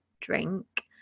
drink